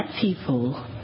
people